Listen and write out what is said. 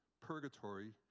purgatory